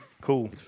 Cool